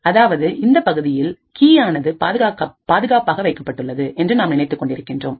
அதாவதுஇந்த பகுதியில் கீயானது பாதுகாப்பாக வைக்கப்பட்டுள்ளது என்று நாம் நினைத்துக் கொண்டிருக்கின்றோம்